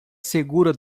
segura